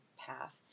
path